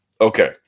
Okay